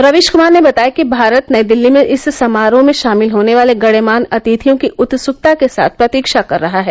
रवीश क्मार ने बताया कि भारत नई दिल्ली में इस समारोह में शामिल होने वाले गणमान्य अतिथियों की उत्सुकता के साथ प्रतीक्षा कर रहा है